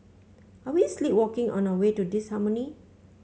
are we sleepwalking our way to disharmony